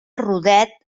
rodet